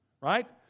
Right